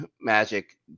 magic